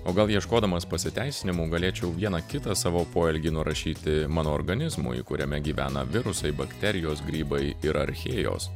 o gal ieškodamas pasiteisinimų galėčiau vieną kitą savo poelgį nurašyti mano organizmui kuriame gyvena virusai bakterijos grybai ir archėjos